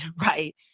Right